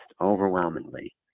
overwhelmingly